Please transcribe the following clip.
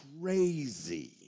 crazy